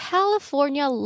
California